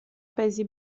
paesi